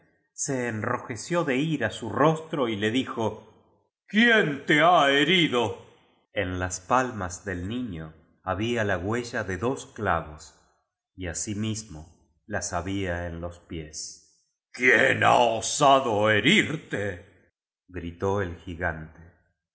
se enrojeció de ira su rostro y le dijo quién te ha herido en las palmas del niño había la huella de dos clavos y asimismo las había en los pies quién ha osado herirte gritó el gigante